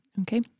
Okay